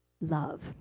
love